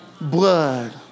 Blood